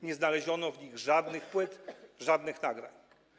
Nie znaleziono w nich żadnych płyt, żadnych nagrań.